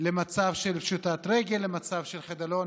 למצב של פשיטת רגל, למצב של חדלות